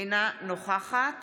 אינה נוכחת